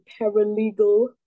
paralegal